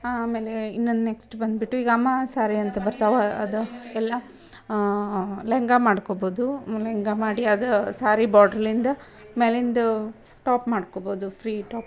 ಆಮೇಲೆ ಇನ್ನೊಂದು ನೆಕ್ಸ್ಟ್ ಬಂದುಬಿಟ್ಟು ಈಗ ಅಮ್ಮಾ ಸಾರಿ ಅಂತ ಬರ್ತಾವೆ ಅದು ಎಲ್ಲ ಲೆಹಂಗಾ ಮಾಡ್ಕೊಬೋದು ಲೆಹಂಗಾ ಮಾಡಿ ಅದು ಸಾರಿ ಬಾರ್ಡ್ರ್ಲಿಂದ ಮೇಲಿಂದು ಟಾಪ್ ಮಾಡ್ಕೊಬೋದು ಫ್ರೀ ಟಾಪು